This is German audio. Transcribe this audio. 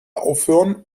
aufhören